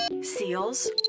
seals